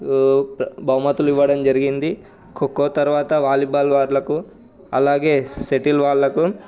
బహుమతులు ఇవ్వడం జరిగింది ఖోఖో తర్వాత వాలీబాల్ వాళ్లకు అలాగే షటిల్ వాళ్లకు